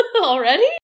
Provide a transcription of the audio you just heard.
Already